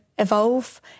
evolve